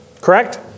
Correct